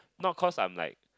not cause I'm like